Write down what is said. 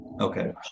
Okay